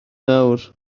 nawr